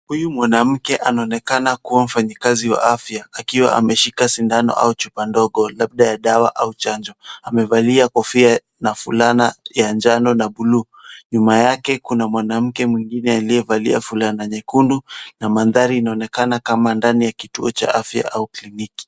Huyu mwanamke anaonekana kuwa mfanyikazi wa afya akiwa ameshika sindano au chupa ndogo labda ya dawa au chanjo. Amevalia kofia na fulana ya njano na bluu nyuma yake kuna mwanamke mwingine aliyevalia fulana nyekundu na mandhari inaonekana kama ndani ya kituo cha afya au kliniki.